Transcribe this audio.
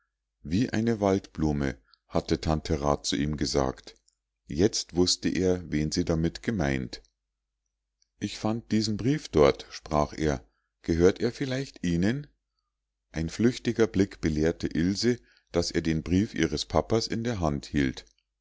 wie eine waldblume hatte tante rat zu ihm gesagt jetzt wußte er wen sie damit gemeint ich fand diesen brief dort sprach er gehört er vielleicht ihnen ein flüchtiger blick belehrte ilse daß er den brief ihres papas in der hand hielt